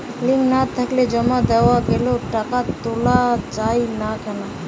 Link না থাকলে জমা দেওয়া গেলেও টাকা তোলা য়ায় না কেন?